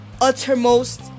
uttermost